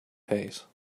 pace